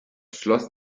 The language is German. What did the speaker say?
schloss